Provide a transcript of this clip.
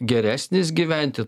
geresnis gyventi